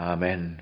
Amen